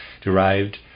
derived